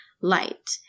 light